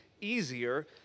easier